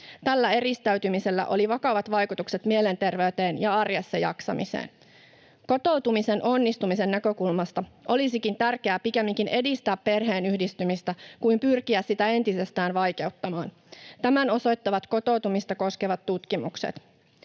Tällä eristäytymisellä oli vakavat vaikutukset mielenterveyteen ja arjessa jaksamiseen. Kotoutumisen onnistumisen näkökulmasta olisikin tärkeää pikemminkin edistää perheenyhdistymistä kuin pyrkiä sitä entisestään vaikeuttamaan. Tämän osoittavat kotoutumista koskevat tutkimukset.